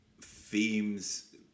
themes